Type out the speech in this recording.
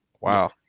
Wow